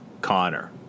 connor